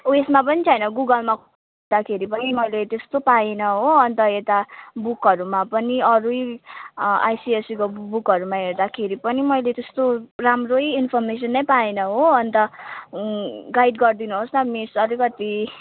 ऊ यसमा पनि छैन गुगलमा खोज्दाखेरि पनि मैले त्यस्तो पाइनँ हो अनि त यता बुकहरूमा पनि अरू आइसिएससीको बुकहरूमा हेर्दाखेरि पनि मैले त्यस्तो राम्रै इन्फर्मेसन नै पाएन हो अनि त गाइड गरिदिनुहोस् न मिस अलिकति